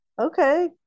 Okay